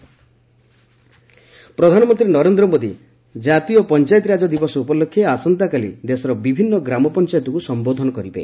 PM address ପ୍ରଧାନମନ୍ତ୍ରୀ ନରେନ୍ଦ୍ର ମୋଦୀ ଜାତୀୟ ପଞ୍ଚାୟତିରାଜ ଦିବସ ଉପଲକ୍ଷେ ଆସନ୍ତାକାଲି ଦେଶର ବିଭିନ୍ନ ଗ୍ରାମପଞ୍ଚାୟତକୁ ସମ୍ଘୋଧନ କରିବେ